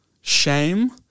shame